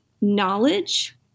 knowledge